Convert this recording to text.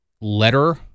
letter